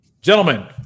gentlemen